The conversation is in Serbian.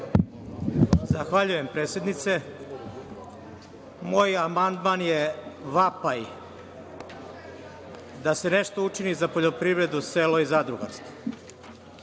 Zahvaljujem predsednice. Moj amandman je vapaj da se nešto učini za poljoprivredu, selo i zadrugarstvo.